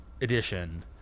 edition